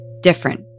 Different